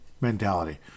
mentality